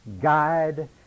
guide